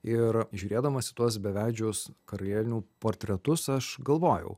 ir žiūrėdamas į tuos beveidžius karalienių portretus aš galvojau